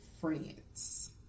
France